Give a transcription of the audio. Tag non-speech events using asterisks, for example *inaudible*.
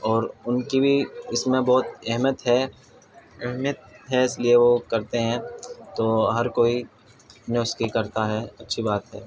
اور ان کی بھی اس میں بہت اہمیت ہے اہمیت ہے اس لیے وہ کرتے ہیں تو ہر کوئی *unintelligible* اچھی بات ہے